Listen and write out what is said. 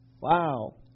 Wow